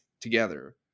together